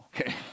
Okay